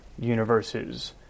universes